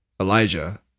Elijah